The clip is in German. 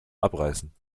abreißen